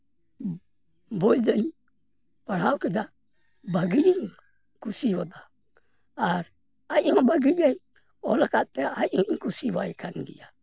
ᱵᱳᱭ ᱫᱚᱧ ᱯᱟᱲᱦᱟᱣ ᱠᱟᱫᱟ ᱵᱷᱟᱹᱜᱤᱧ ᱠᱩᱥᱤᱭᱟᱜᱼᱟ ᱟᱨ ᱟᱡᱦᱚᱸ ᱵᱷᱟᱜᱮ ᱜᱮ ᱚᱞ ᱟᱠᱟᱫ ᱛᱮ ᱟᱡ ᱦᱚᱸᱧ ᱠᱩᱥᱤ ᱟᱭ ᱠᱟᱱ ᱜᱮᱭᱟ